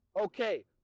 Okay